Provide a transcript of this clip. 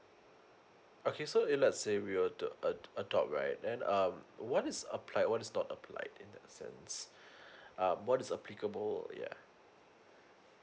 okay so if let's say we were to a adopt right and um what is applied what is not applied in that sense um what is applicable yeah